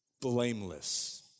blameless